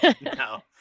No